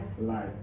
life